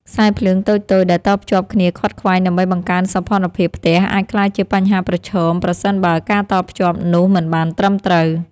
ខ្សែភ្លើងតូចៗដែលតភ្ជាប់គ្នាខ្វាត់ខ្វែងដើម្បីបង្កើនសោភ័ណភាពផ្ទះអាចក្លាយជាបញ្ហាប្រឈមប្រសិនបើការតភ្ជាប់នោះមិនបានត្រឹមត្រូវ។